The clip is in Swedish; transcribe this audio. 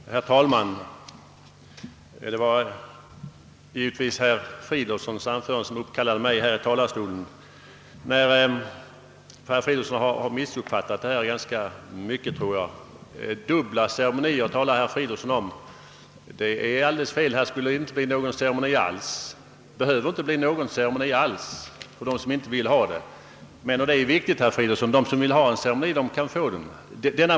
Herr talman! Det är givetvis herr Fridolfssons i Stockholm anförande som bar uppkallat mig i talarstolen, eftersom han har missuppfattat frågan ganska mycket. Dubbla ceremonier talar herr Fridolfsson om. Det är alldeles felaktigt. Här skulle inte behöva bli någon ceremoni alls för dem som inte vill ha någon, men — och det är viktigt, herr Fridolfsson — de som önskar en ceremoni skall kunna få den.